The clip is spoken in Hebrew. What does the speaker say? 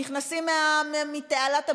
נכנסים מתעלת הביוב,